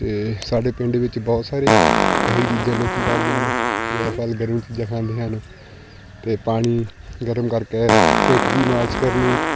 ਅਤੇ ਸਾਡੇ ਪਿੰਡ ਵਿੱਚ ਬਹੁਤ ਸਾਰੇ ਇਹੀ ਚੀਜ਼ਾਂ ਲੋਕ ਕਰਦੇ ਹਨ ਜੈਫਲ ਗਰਮ ਚੀਜ਼ਾਂ ਖਾਂਦੇ ਹਨ ਅਤੇ ਪਾਣੀ ਗਰਮ ਕਰਕੇ ਪਿੱਠ ਦੀ ਮਾਲਿਸ਼ ਕਰਨੀ